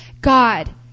God